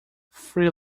free